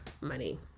money